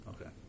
Okay